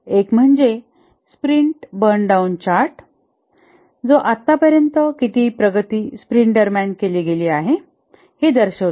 एक म्हणजे sprint burn down chart जो आतापर्यंत किती प्रगती स्प्रिंट दरम्यान गेली आहे हे दर्शवतो